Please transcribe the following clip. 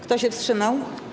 Kto się wstrzymał?